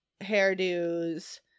hairdo's